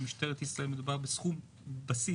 במשטרת ישראל מדובר בסכום בסיס